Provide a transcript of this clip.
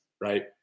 right